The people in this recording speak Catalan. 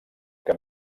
que